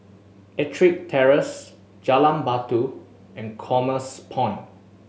Ettrick Terrace Jalan Batu and Commerce Point